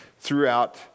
throughout